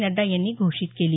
नड्डा यांनी घोषित केली